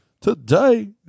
today